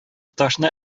ташны